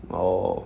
orh